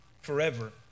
forever